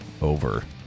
over